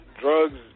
Drugs